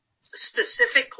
specifically